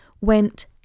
went